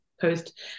post